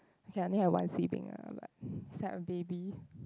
okay I only have one sibling ah but is like a baby